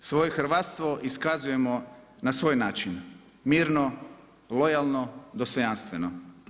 Svoje hrvatstvo iskazujemo na svoj način, mirno, lojalno, dostojanstveno.